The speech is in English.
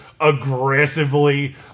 aggressively